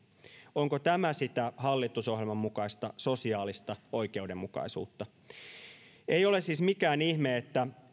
onko tämä sitä hallitusohjelman mukaista sosiaalista oikeudenmukaisuutta ei ole siis mikään ihme että